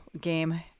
game